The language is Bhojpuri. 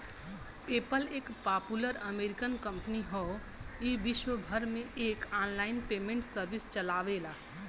पेपल एक पापुलर अमेरिकन कंपनी हौ ई विश्वभर में एक आनलाइन पेमेंट सर्विस चलावेला